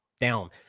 down